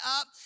up